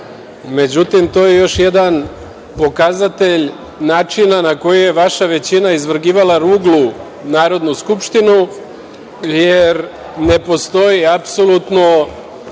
događalo.Međutim, to je još jedan pokazatelj načina ni koji je vaša većina izvrgavala ruglu Narodnu skupštinu, jer ne postoji apsolutno